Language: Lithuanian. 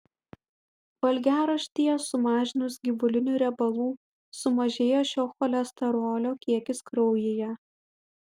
valgiaraštyje sumažinus gyvulinių riebalų sumažėja šio cholesterolio kiekis kraujyje